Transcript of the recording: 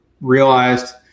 realized